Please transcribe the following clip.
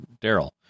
Daryl